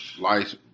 life